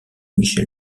michel